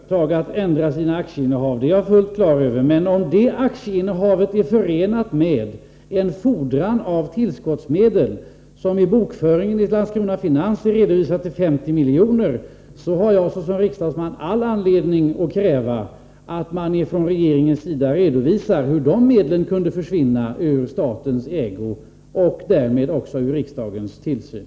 Herr talman! Nej, det är inte förbjudet för företag att ändra sina aktieinnehav, det är jag helt klar över. Men om det aktieinnehavet är förenat med en fordran av tillskottsmedel, som i Landskrona Finans bokföring är redovisad till 50 miljoner, har jag som riksdagsman all anledning att kräva att man från regeringens sida redovisar hur dessa medel kunde försvinna ur statens ägo och därmed också undan från riksdagens tillsyn.